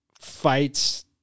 fights